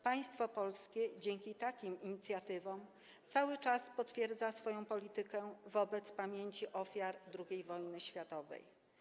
Państwo polskie dzięki takim inicjatywom cały czas potwierdza swoją politykę wobec pamięci ofiar II wojny światowej.